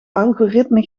algoritme